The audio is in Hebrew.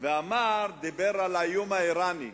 על האיום האירני.